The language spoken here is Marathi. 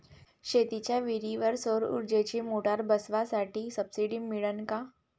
शेतीच्या विहीरीवर सौर ऊर्जेची मोटार बसवासाठी सबसीडी मिळन का?